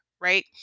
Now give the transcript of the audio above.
right